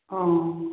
অঁ